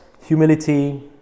humility